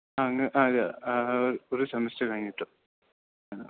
അങ്ങ് അതെ ഒരു സെമസ്റ്ററ് കഴിഞ്ഞിട്ട് ആണ്